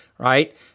right